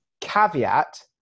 Caveat